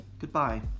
goodbye